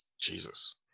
Jesus